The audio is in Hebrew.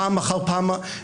פעם אחר פעם,